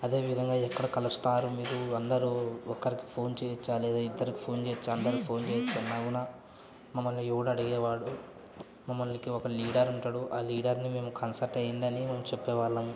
అదేవిధంగా ఎక్కడ కలుస్తారు మీరు అందరూ ఒకరికి ఫోన్ చేయవచ్చా లేదా ఇద్దరికి ఫోన్ చేయవచ్చా అందరికి ఫోన్ చేయవచ్చా అన్నా కూడా మమ్మల్ని ఎవడు అడిగేవాడు మమ్మల్ని ఒక లీడర్ ఉంటాడు ఆ లీడర్ని మేము కన్సర్ట్ అయ్యిందని మేం చెప్పేవాళ్ళము